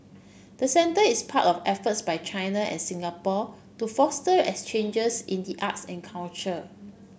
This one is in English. the centre is part of efforts by China and Singapore to foster exchanges in the arts and culture